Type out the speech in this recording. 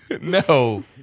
No